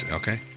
okay